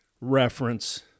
reference